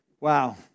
Wow